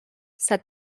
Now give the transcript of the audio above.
said